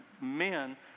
men